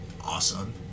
awesome